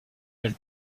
elle